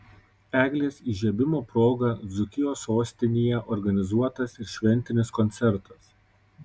eglės įžiebimo proga dzūkijos sostinėje organizuotas ir šventinis koncertas